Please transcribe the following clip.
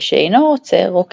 ושאינו רוצה – רוקק.